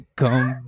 come